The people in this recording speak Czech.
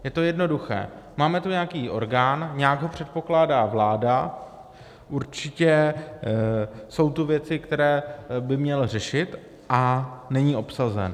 Je to jednoduché: máme tu nějaký orgán, nějak ho předpokládá vláda, určitě jsou tu věci, které by měl řešit, a není obsazen.